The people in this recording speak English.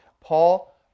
Paul